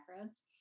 roads